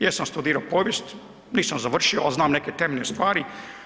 Jesam studirao povijest, nisam završio, ali znam neke temeljne stvari.